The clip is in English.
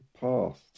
past